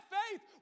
faith